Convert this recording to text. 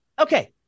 Okay